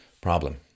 problem